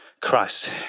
Christ